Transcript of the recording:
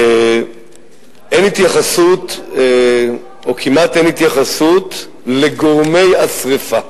אין התייחסות, או כמעט אין התייחסות לגורמי השרפה.